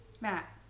Matt